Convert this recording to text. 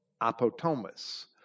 Apotomus